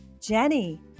Jenny